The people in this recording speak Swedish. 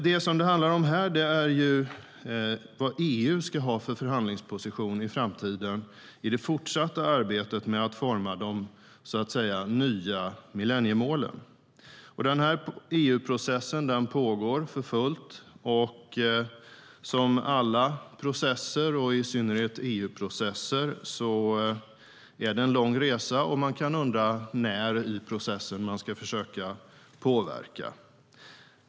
Det som det handlar om här är vad EU ska ha för förhandlingsposition i framtiden i det fortsatta arbetet med att forma de nya millenniemålen. Den här EU-processen pågår för fullt. Som i alla processer, i synnerhet EU-processer, är det en lång resa, och man kan undra när i processen man ska försöka påverka.